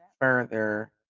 further